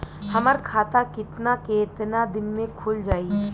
हमर खाता कितना केतना दिन में खुल जाई?